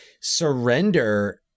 surrender